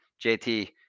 JT